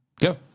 Go